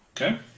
Okay